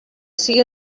sigui